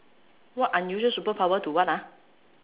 what unusual superpower to what ah